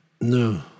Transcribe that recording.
No